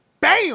Bam